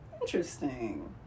interesting